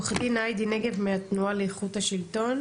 עורך דין הידי נגב מהתנועה לאיכות השלטון.